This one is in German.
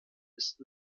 ist